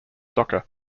soccer